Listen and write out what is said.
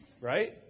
right